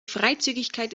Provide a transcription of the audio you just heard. freizügigkeit